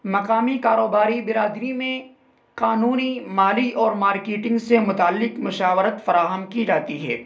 مقامی کاروباری برادری میں قانونی مالی اور مارکیٹنگ سے متعلک مشاورت فراہم کی جا سکتی ہے